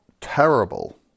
terrible